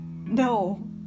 No